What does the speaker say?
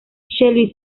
shelby